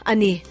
Ani